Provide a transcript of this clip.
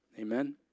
Amen